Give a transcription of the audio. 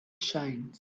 shines